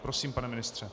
Prosím, pane ministře.